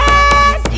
Yes